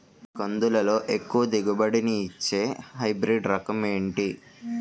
కందుల లో ఎక్కువ దిగుబడి ని ఇచ్చే హైబ్రిడ్ రకం ఏంటి?